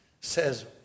says